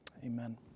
Amen